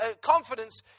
confidence